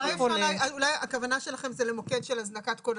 אולי הכוונה שלכם זה למוקד של הזנקת כוננים?